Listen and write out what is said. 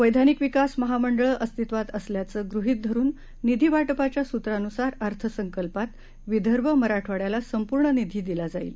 वैधानिक विकास महामंडळं अस्तित्वात असल्याचं गृहित धरुन निधीवाटपाच्या सूत्रानुसार अर्थसंकल्पात विदर्भ मराठवाङ्याला संपूर्ण निधी दिला जाईल